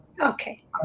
Okay